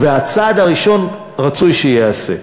והצעד הראשון רצוי שייעשה.